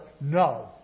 No